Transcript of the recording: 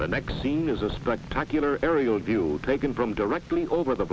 the next scene is a spectacular aerial view taken from directly over the